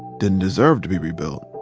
didn't deserve to be rebuilt,